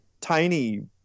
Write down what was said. tiny